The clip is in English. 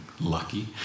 Lucky